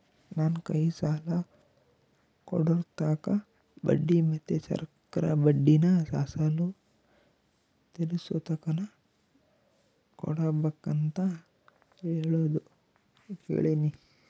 ನಾನು ಕೈ ಸಾಲ ಕೊಡೋರ್ತಾಕ ಬಡ್ಡಿ ಮತ್ತೆ ಚಕ್ರಬಡ್ಡಿನ ಅಸಲು ತೀರಿಸೋತಕನ ಕೊಡಬಕಂತ ಹೇಳೋದು ಕೇಳಿನಿ